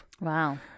Wow